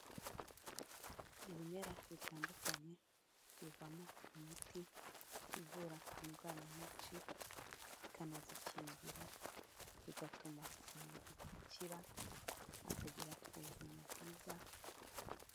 Ibimera bitandukanye bivamo imiti ivura indwara nyinshi, ikanazikingira bigatuma umuntu akira akagira ubuzima bwiza.